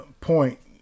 point